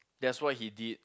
that's what he did